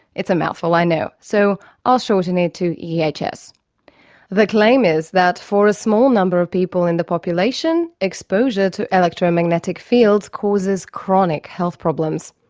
it's a mouthful, i know, so i'll shorten it to yeah to ehs. the claim is that for a small number of people in the population, exposure to electro-magnetic fields causes chronic health problems.